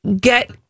get